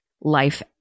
Life